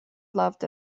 loved